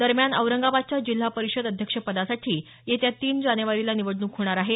दरम्यान औरंगाबादच्या जिल्हा परिषद अध्यक्षपदासाठी येत्या तीन जानेवारीला निवडणूक होणार आहे